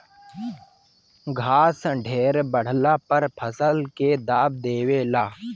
घास ढेरे बढ़ला पर फसल के दाब देवे ला